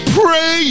pray